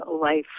life